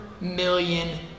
million